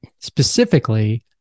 Specifically